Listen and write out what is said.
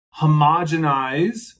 homogenize